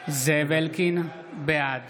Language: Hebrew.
(קורא בשמות חברי הכנסת) זאב אלקין, בעד